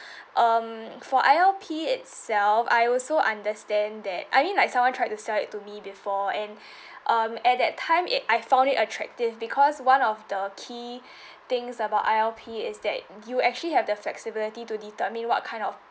um for I_L_P itself I also understand that I mean like someone tried to sell it to me before and um at that time it I found it attractive because one of the key things about I_L_P is that you actually have the flexibility to determine what kind of